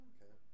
Okay